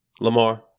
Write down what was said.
Lamar